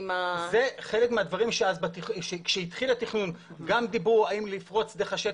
זה חלק מהדברים שכשהתחיל התכנון גם דיברו האם לפרוץ דרך השטח,